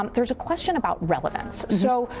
um there's a question about relevance. so